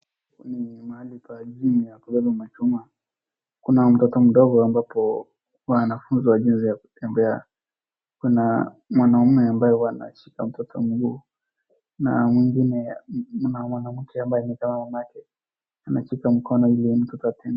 Hii ni mahali pa gym ya kubeba machuma. Kuna mtoto ndogo ambapo anafunzwa jinsi ya kutembea kuna mwanaume ambaye huwa anashika mtoto mguu na mwingine ni mwanamke ambaye ni kama ni mamake ameshika mkono ili mtoto atembee.